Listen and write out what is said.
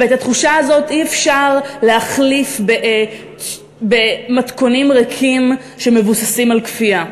ואת התחושה הזאת אי-אפשר להחליף במתכונים ריקים שמבוססים על כפייה,